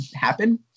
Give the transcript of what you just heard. happen